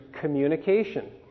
communication